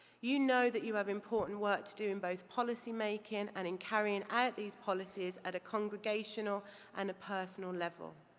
you know that you have important work to do in both policy making and in carrying out these policies at a congregational and a personal level.